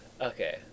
Okay